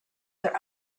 their